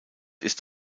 ist